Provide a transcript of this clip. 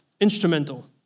instrumental